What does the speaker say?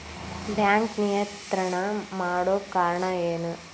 Bank ನಿಯಂತ್ರಣ ಮಾಡೊ ಕಾರ್ಣಾ ಎನು?